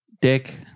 dick